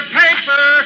paper